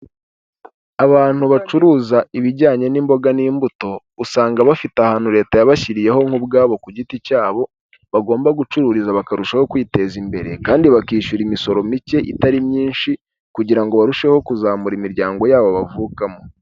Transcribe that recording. Abantu bacuruza ibijyanye n'imboga n'imbuto, usanga bafite ahantu leta yabashyiriyeho nk'ubwabo ku giti cyabo, bagomba gucururiza bakarushaho kwiteza imbere, kandi bakishyura imisoro mike itari myinshi, kugira ngo barusheho kuzamura imiryango yabo bavukamo.